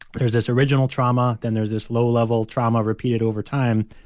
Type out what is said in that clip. but there's this original trauma, then there's this low-level trauma repeated over time.